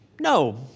No